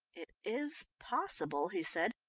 it is possible, he said.